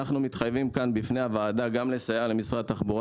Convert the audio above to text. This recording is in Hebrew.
אנחנו מתחייבים בפני הוועדה גם לסייע למשרד התחבורה